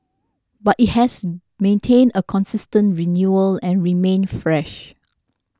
but it has maintained a consistent renewal and remained fresh